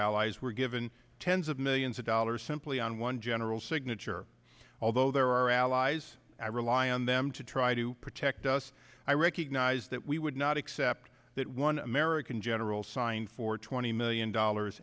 allies were given tens of millions of dollars simply on one general signature although there are allies i rely on them to try to protect us i recognize that we would not accept that one american general signed for twenty million dollars